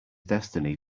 destiny